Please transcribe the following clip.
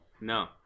No